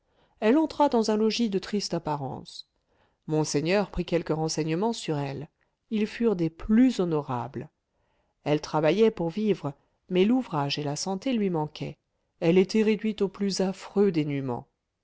elle entra dans un logis de triste apparence monseigneur prit quelques renseignements sur elle ils furent des plus honorables elle travaillait pour vivre mais l'ouvrage et la santé lui manquaient elle était réduite au plus affreux dénuement